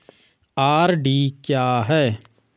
RD क्या है?